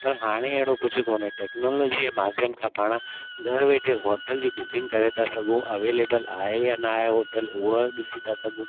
पर हाणे अहिड़ो कुझु कोने टेक्नोलॉजीअ माध्यम खां पाण घर वेठे होटल जी बुकिंग करे था सघूं अवेलेबल आहे या नाहे होटल हूअ ॾिसी था सघूं